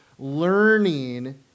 learning